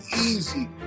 easy